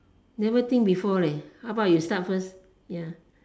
never think before how about you start first ya